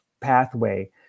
pathway